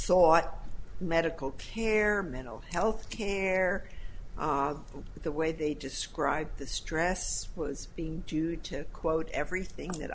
what medical care mental health care the way they described the stress was being due to quote everything i